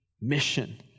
mission